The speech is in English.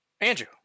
Andrew